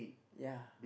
ya